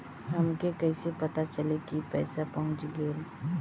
हमके कईसे पता चली कि पैसा पहुच गेल?